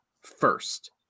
first